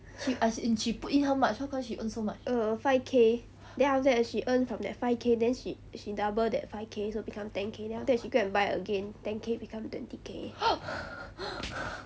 err five K then after that she earn from that five K then she she double that five K so become ten K then after that she go and buy again ten K become twenty K